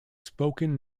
spoken